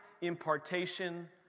impartation